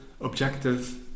objective